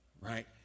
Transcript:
right